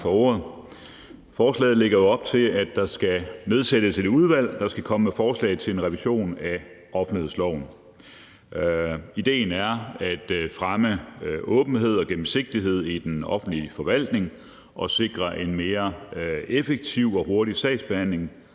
for ordet. Forslaget lægger op til, at der skal nedsættes et udvalg, der skal komme med forslag til en revision af offentlighedsloven. Idéen er at fremme åbenhed og gennemsigtighed i den offentlige forvaltning og sikre en mere effektiv og hurtig sagsbehandling